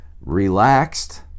relaxed